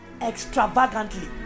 extravagantly